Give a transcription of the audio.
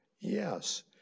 yes